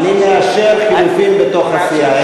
אני מאשר חילופים בתוך הסיעה.